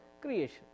creation